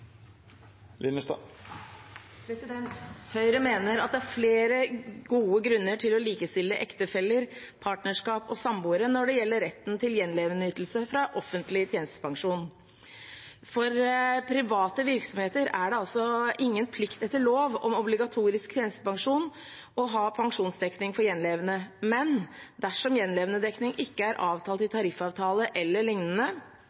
å likestille ektefeller, partnerskap og samboere når det gjelder retten til gjenlevendeytelse fra offentlig tjenestepensjon. For private virksomheter er det altså ingen plikt etter lov om obligatorisk tjenestepensjon å ha pensjonsdekning for gjenlevende, men dersom gjenlevendedekning ikke er avtalt i